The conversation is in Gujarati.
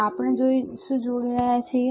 તો આપણે શું જોડી રહ્યા છીએ